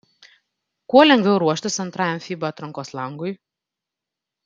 kuo lengviau ruoštis antrajam fiba atrankos langui